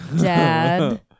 Dad